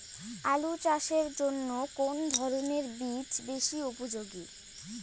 আলু চাষের জন্য কোন ধরণের বীজ বেশি উপযোগী?